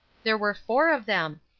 there were four of them!